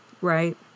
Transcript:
Right